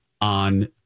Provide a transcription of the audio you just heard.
on